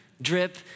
drip